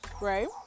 right